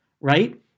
right